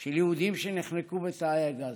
של יהודים שנחנקו בתאי הגזים.